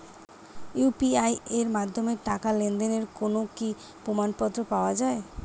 UPI এর মাধ্যমে টাকা লেনদেনের কোন কি প্রমাণপত্র পাওয়া য়ায়?